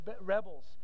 rebels